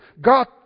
God